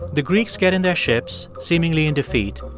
the greeks get in their ships, seemingly in defeat,